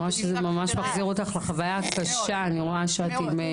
וגם זה שאתה לא מספיק לעשות את זה.